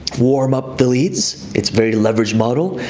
warm up the leads, it's very leveraged model.